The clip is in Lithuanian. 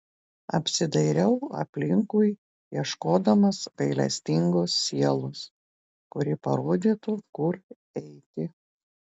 apsidairau aplinkui ieškodamas gailestingos sielos kuri parodytų kur eiti